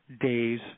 days